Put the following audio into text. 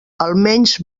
almenys